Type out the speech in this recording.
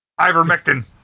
Ivermectin